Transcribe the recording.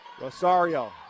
Rosario